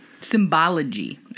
Symbology